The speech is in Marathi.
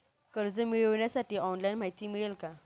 कर्ज मिळविण्यासाठी ऑनलाइन माहिती मिळेल का?